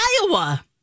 Iowa